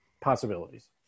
possibilities